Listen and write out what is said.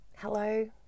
Hello